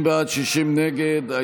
50 בעד, 60 נגד.